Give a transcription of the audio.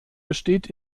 besteht